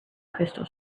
crystal